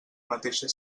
mateixa